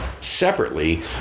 separately